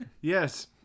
Yes